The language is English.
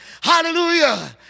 Hallelujah